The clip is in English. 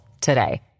today